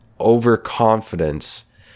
Overconfidence